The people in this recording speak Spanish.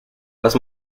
las